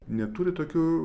neturi tokių